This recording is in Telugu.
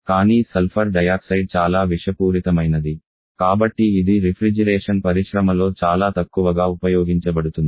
కానీ సల్ఫర్ డయాక్సైడ్ చాలా విషపూరితమైనది కాబట్టి ఇది రిఫ్రిజిరేషన్ పరిశ్రమలో చాలా తక్కువగా ఉపయోగించబడుతుంది